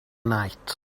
night